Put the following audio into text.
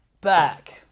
back